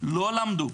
לא למדו,